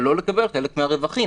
אבל לא לקבל חלק מהרווחים,